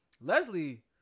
Leslie